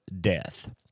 death